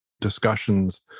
discussions